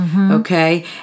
okay